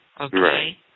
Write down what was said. Okay